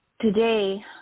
today